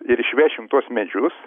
ir išvešim tuos medžius